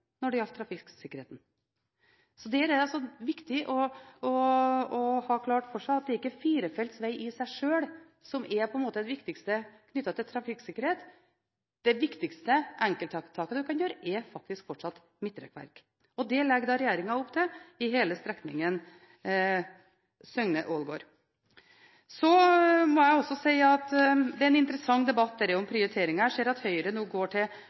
når det gjaldt trafikksikkerheten. Så her er det altså viktig å ha klart for seg at det ikke er firefeltsveg i seg sjøl som er det viktigste knyttet til trafikksikkerhet. Det viktigste enkelttiltaket man kan gjøre, er faktisk fortsatt midtrekkverk, og det legger regjeringen opp til for hele strekningen Søgne–Ålgård. Så må jeg også si at dette med prioriteringer er en interessant debatt. Jeg ser at Høyre nå går